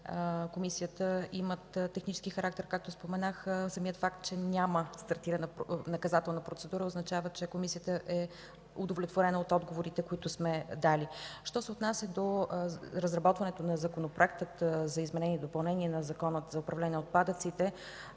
Комисията, имат технически характер. Самият факт, че няма стартирана наказателна процедура, означава, че Комисията е удовлетворена от отговорите, които сме дали. Що се отнася до разработването на Законопроект за изменение и допълнение на Закона за управление на отпадъците,